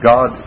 God